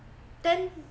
ten